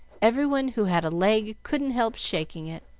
every one who had a leg couldn't help shaking it.